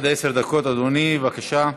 עד עשר דקות, אדוני, בבקשה.